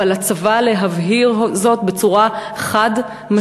ועל הצבא להבהיר זאת בצורה חד-משמעית.